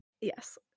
yes